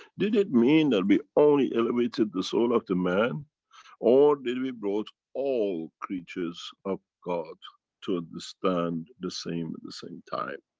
did it mean that we only elevated the soul of the man or did we brought all creatures of god to understand the same at the same time?